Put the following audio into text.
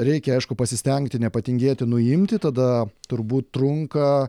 reikia aišku pasistengti nepatingėti nuimti tada turbūt trunka